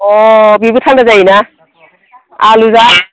अ बेबो थान्दा जायोना आलु जा